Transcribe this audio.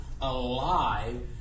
alive